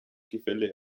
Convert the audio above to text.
gefälle